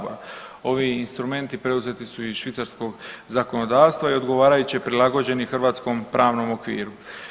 Ovi instrumenti preuzeti su iz švicarskog zakonodavstva i odgovarajuće prilagođeni hrvatskom pravnom okviru.